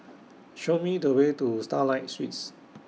Show Me The Way to Starlight Suites